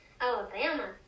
Alabama